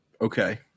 okay